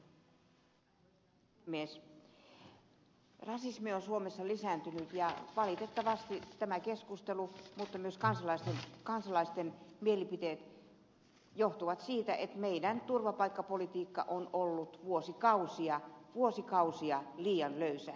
rasismi on suomessa lisääntynyt ja valitettavasti tämä keskustelu mutta myös kansalaisten mielipiteet johtuvat siitä että meidän turvapaikkapolitiikkamme on ollut vuosikausia liian löysää